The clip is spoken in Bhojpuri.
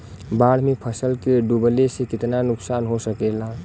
बाढ़ मे फसल के डुबले से कितना नुकसान हो सकेला?